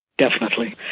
definitely.